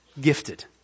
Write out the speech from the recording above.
Gifted